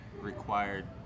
required